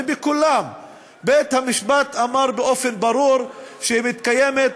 ובכולם בית-המשפט אמר באופן ברור שמתקיימת